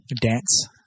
Dance